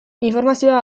informazioa